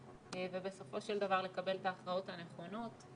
ובסופו של דבר לקבל את ההכרעות הנכונות.